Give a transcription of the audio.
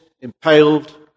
impaled